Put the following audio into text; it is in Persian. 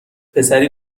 پسری